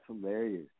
hilarious